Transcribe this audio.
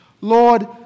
Lord